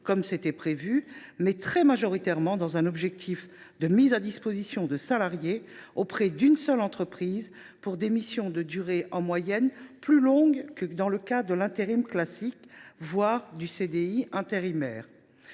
comme c’était prévu, « mais très majoritairement dans un objectif de mise à disposition de salariés auprès d’une seule entreprise, pour des missions de durée en moyenne plus longue que dans le cas de l’intérim classique, voire du CDI intérimaire